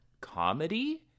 comedy